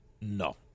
No